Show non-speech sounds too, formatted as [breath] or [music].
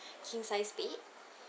[breath] king size bed